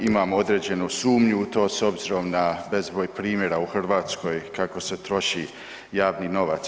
Imamo određenu sumnju u to s obzirom na bezbroj primjera u Hrvatskoj kako se troši javni novac.